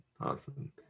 Awesome